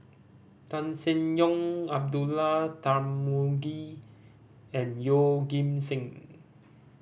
Tan Seng Yong Abdullah Tarmugi and Yeoh Ghim Seng